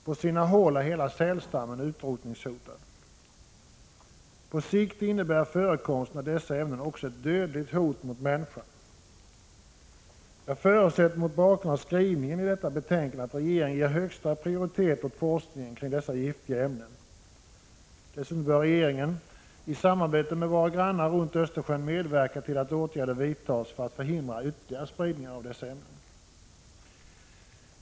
På sina håll är hela sälstammen utrotningshotad. På sikt innebär förekomsten av dessa ämnen också ett dödligt hot mot människan. Jag förutsätter mot bakgrund av skrivningen i detta betänkande att regeringen ger högsta prioritet åt forskningen kring dessa giftiga ämnen. Dessutom bör regeringen i samarbete med våra grannar runt Östersjön medverka till att åtgärder vidtas för att förhindra ytterligare spridning av dessa ämnen.